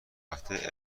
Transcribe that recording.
هفته